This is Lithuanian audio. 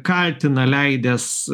kaltina leidęs